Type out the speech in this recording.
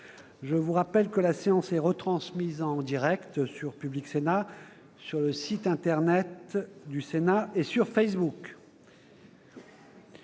Je vous rappelle que la séance est retransmise en direct sur Public Sénat, sur le site internet du Sénat et sur Facebook.